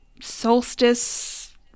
solstice